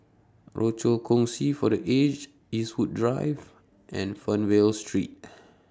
Rochor Kongsi For The Aged Eastwood Drive and Fernvale Street